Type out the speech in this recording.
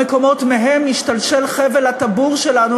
המקומות שמהם משתלשל חבל הטבור שלנו,